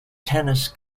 tennis